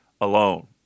alone